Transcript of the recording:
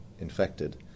infected